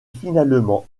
finalement